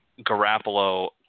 Garoppolo